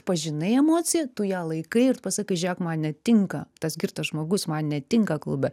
pažinai emociją tu ją laikai ir tu pasakai žiūrėk man netinka tas girtas žmogus man netinka klube